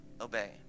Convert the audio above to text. obey